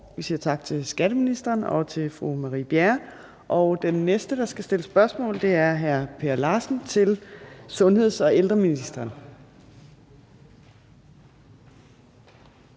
vi siger tak til skatteministeren og til fru Marie Bjerre. Den næste, der skal stille spørgsmål, er hr. Per Larsen, og det er til sundheds- og ældreministeren.